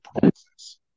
process